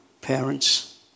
parents